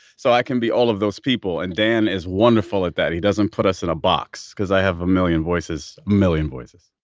so i can be all of those people, and dan is wonderful at that. he doesn't put us in a box. cause i have a million voices. a million voices